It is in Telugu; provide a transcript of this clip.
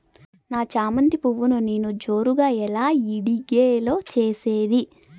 నా చామంతి పువ్వును నేను జోరుగా ఎలా ఇడిగే లో చేసేది?